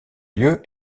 lieu